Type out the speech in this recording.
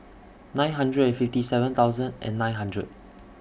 nine hundred and fifty seven thousand and nine hundred